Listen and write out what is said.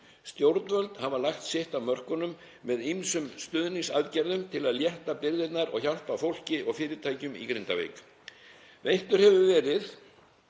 Stjórnvöld hafa lagt sitt af mörkum með ýmsum stuðningsaðgerðum til að létta byrðarnar og hjálpa fólki og fyrirtækjum í Grindavík. Veittur hefur verið